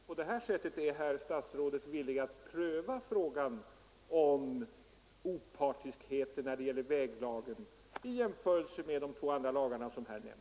Herr talman! Låt mig då fråga så här: Är herr statsrådet villig pröva frågan om opartiskhet när det gäller väglagen i jämförelse med de två andra lagar som här nämnts?